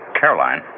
Caroline